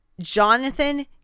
Jonathan